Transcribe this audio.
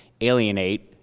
alienate